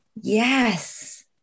Yes